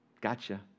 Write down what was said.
gotcha